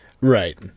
Right